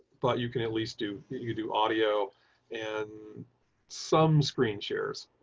but you can at least do you do audio and some screen shares,